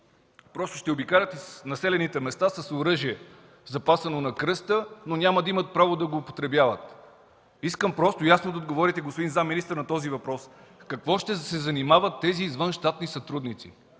Просто ще обикалят населените места с оръжие, запасано на кръста, но няма да имат право да го употребяват? Искам просто и ясно да отговорите, господин заместник-министър, на този въпрос: с какво ще се занимават тези извънщатни сътрудници?